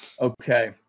okay